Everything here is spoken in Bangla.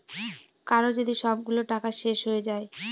কারো যদি সবগুলো টাকা শেষ হয়ে যায়